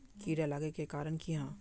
कीड़ा लागे के कारण की हाँ?